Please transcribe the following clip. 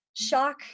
shock